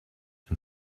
and